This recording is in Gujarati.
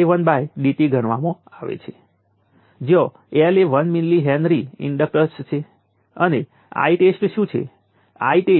તેથી આ બિંદુ સુધી શોષાયેલી એનર્જી t બરાબર 10 માઇક્રો સેકન્ડ અથવા ઈક્વિવેલેન્ટ